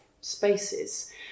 spaces